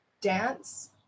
Dance